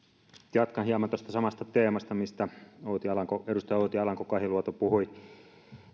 jatkan hieman tuosta samasta teemasta mistä edustaja outi alanko kahiluoto puhui